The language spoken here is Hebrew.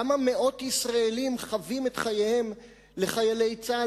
כמה מאות ישראלים חבים את חייהם לחיילי צה"ל